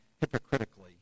hypocritically